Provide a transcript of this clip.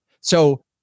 So-